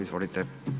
Izvolite.